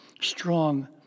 Strong